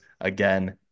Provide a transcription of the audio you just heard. again